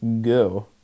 go